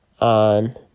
on